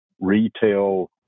retail